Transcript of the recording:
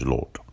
Lord